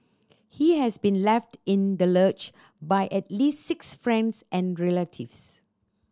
he has been left in the lurch by at least six friends and relatives